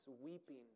weeping